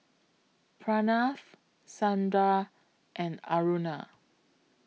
Pranav Sundar and Aruna